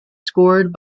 scored